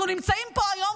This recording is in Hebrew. אנחנו נמצאים פה היום,